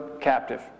captive